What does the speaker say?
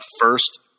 first